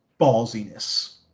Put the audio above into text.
ballsiness